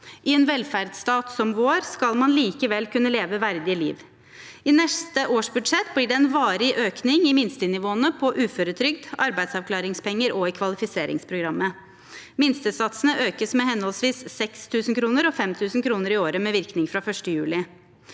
I en velferdsstat som vår skal man likevel kunne leve et verdig liv. I neste års budsjett blir det en varig økning i minstenivåene på uføretrygd, arbeidsavklaringspenger og i kvalifiseringsprogrammet. Minstesatsene økes med henholdsvis 6 000 kr og 5 000 kr i året med virkning fra 1. juli.